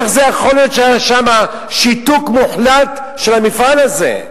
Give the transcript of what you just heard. איך זה יכול להיות שהיה שם שיתוק מוחלט של המפעל הזה?